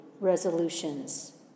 resolutions